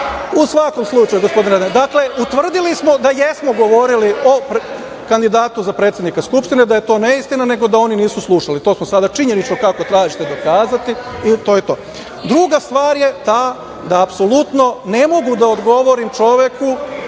u svakom slučaju, gospodine, utvrdili smo da jesmo govorili o kandidatu za predsednika Skupštine, da je to neistina, nego da oni nisu slušali, to smo sada činjenično kako tražite dokazali i to je to. Druga stvar je ta da apsolutno ne mogu da odgovorim čoveku